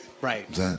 Right